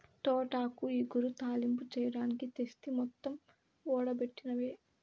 తోటాకు ఇగురు, తాలింపు చెయ్యడానికి తెస్తి మొత్తం ఓడబెట్టినవే